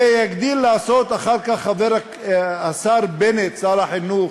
ויגדיל לעשות אחר כך השר בנט, שר החינוך,